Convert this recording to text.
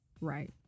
Right